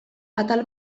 atal